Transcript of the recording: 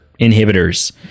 inhibitors